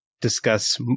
discuss